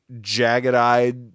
jagged-eyed